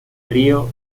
rió